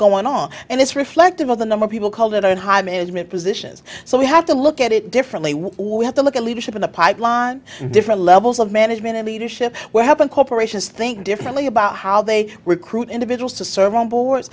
going on and it's reflective of the number of people called it on higher management positions so we have to look at it differently we have to look at leadership in the pipeline different levels of management and leadership where happen corporations think differently about how they recruit individuals to serve on board